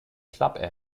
club